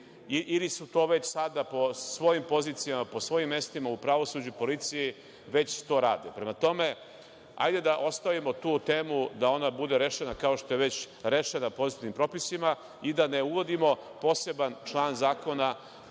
ili to već sada po svojim pozicijama, po svojim mestima u pravosuđu i policiji rade. Prema tome, hajde da ostavimo tu temu da ona bude rešena, kao što je već rešena pozitivnim propisima i da ne uvodimo poseban član zakona